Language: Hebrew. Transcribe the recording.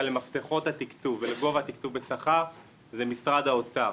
למפתחות התקצוב ולגובה התקצוב בשכר זה משרד האוצר.